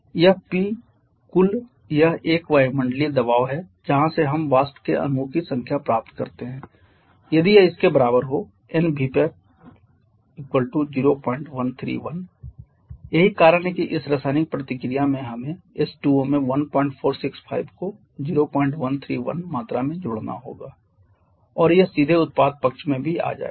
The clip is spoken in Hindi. यह NvapNtotPvapPtot यह P कुल यह 1 वायुमंडलीय दबाव है जहां से हम वाष्प के अणुओं की संख्या प्राप्त करते हैं यदि यह इसके बराबर हो Nvap 0131 यही कारण है कि इस रासायनिक प्रतिक्रिया में हमें H2O में 1465 को 0131 मात्रा में जोड़ना होगा और यह सीधे उत्पाद पक्ष में भी आ जाएगा